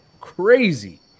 crazy